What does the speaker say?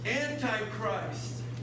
Antichrist